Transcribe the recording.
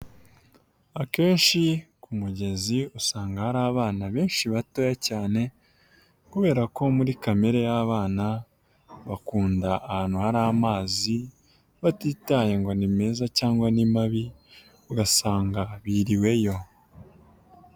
Akenshi ku mugezi usanga hari abana benshi batoya cyane kubera ko muri kamere y'abana bakunda ahantu hari amazi, batitaye ngo ni meza cyangwa ni mabi, ugasanga biriweyo.